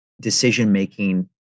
decision-making